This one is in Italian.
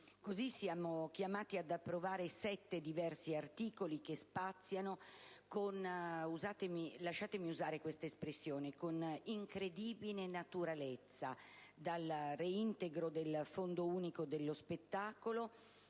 Così siamo chiamati ad approvare 7 diversi articoli, che spaziano - lasciatemi usare questa espressione - con incredibile naturalezza dal reintegro del Fondo unico per lo spettacolo